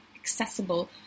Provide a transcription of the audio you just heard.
accessible